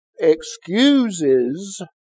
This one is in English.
excuses